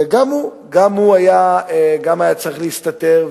וגם הוא היה צריך להסתתר,